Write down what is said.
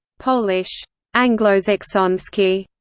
polish anglosaksonski,